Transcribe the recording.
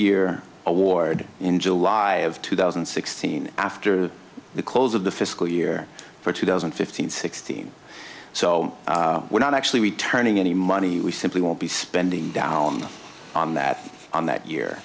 year award in july of two thousand and sixteen after the close of the fiscal year for two thousand and fifteen sixteen so we're not actually returning any money we simply won't be spending down on that on that year